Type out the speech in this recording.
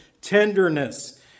tenderness